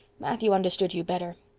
matthew understood you better.